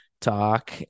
talk